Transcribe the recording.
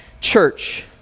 Church